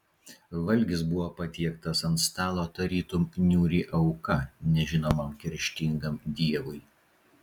valgis buvo patiektas ant stalo tarytum niūri auka nežinomam kerštingam dievui